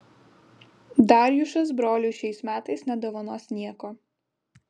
darjušas broliui šiais metais nedovanos nieko